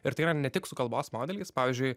ir tai yra ne tik su kalbos modelis pavyzdžiui